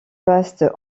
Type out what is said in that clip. vastes